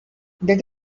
that